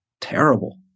terrible